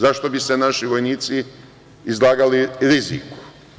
Zašto bi se naši vojnici izlagali riziku?